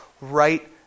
right